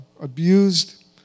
abused